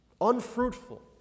unfruitful